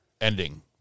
ending